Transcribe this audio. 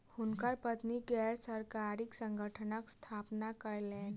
हुनकर पत्नी गैर सरकारी संगठनक स्थापना कयलैन